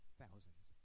thousands